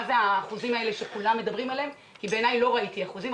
מה האחוזים האלה שמדברים עליהם כי בעיני לא ראיתי אחוזים,